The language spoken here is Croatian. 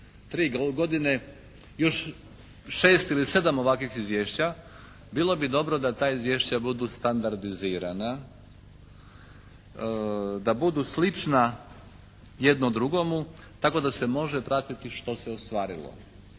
tri godine još 6 ili 7 ovakvih izvješća bilo bi dobro da ta izvješća budu standardizirana. Da budu slična jedno drugomu tako da se može pratiti što se ostvarilo.